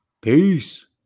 Peace